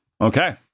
okay